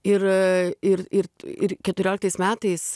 ir ir ir ir keturioliktais metais